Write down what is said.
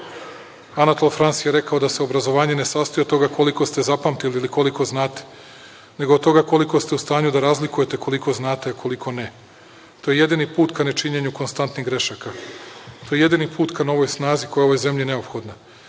znanja. Anatol Frans je rekao da se obrazovanje ne sastoji od toga koliko ste zapamtili ili koliko znate, nego od toga koliko ste u stanju da razlikujete koliko znate, a koliko ne. To je jedini put ka nečinjenju konstantnih grešaka. To je jedini put ka novoj snazi koja je ovoj zemlji neophodna.